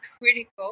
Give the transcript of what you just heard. critical